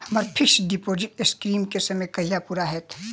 हम्मर fix deposit scheme केँ समय कहिया पूरा हैत?